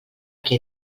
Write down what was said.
que